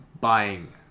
buying